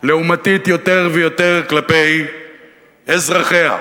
לעומתית יותר ויותר כלפי אזרחיה.